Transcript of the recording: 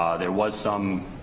ah there was some